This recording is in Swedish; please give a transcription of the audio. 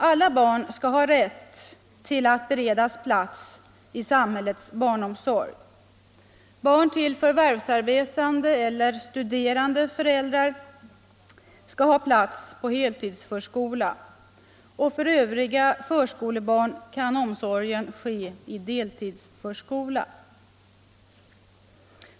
Alla barn skall ha rätt till att beredas plats i samhällets barnomsorg. Barn till förvärvsarbetande eller studerande föräldrar skall ha plats på heltidsförskola. För övriga förskolebarn kan omsorgen ske i deltidsförskola.